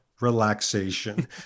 relaxation